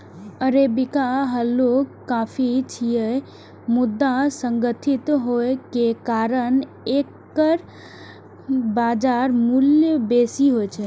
arabica हल्लुक coffee छियै, मुदा सुगंधित होइ के कारण एकर बाजार मूल्य बेसी होइ छै